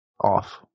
off